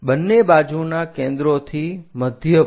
બંને બાજુના કેન્દ્રોથી મધ્ય પર